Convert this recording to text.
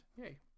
Yay